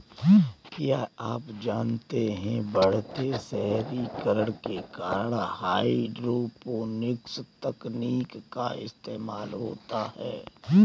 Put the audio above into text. क्या आप जानते है बढ़ते शहरीकरण के कारण हाइड्रोपोनिक्स तकनीक का इस्तेमाल होता है?